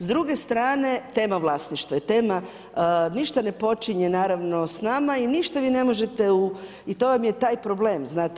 S druge strane tema vlasništva je tema ništa ne počinje naravno s nama i ništa vi ne možete i to vam je taj problem znate.